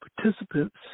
participants